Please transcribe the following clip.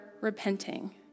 repenting